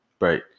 right